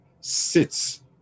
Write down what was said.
sits